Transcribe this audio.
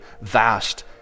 vast